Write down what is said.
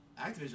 Activision